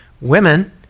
women